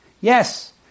Yes